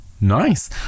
nice